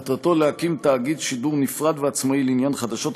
מטרתו להקים תאגיד שידור נפרד ועצמאי לעניין חדשות,